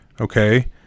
Okay